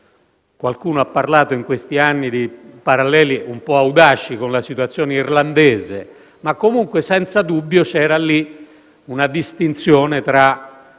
Qualcuno ha parlato in questi anni di paralleli un po' audaci con la situazione irlandese, ma comunque senza dubbio c'era lì una distinzione tra